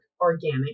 organic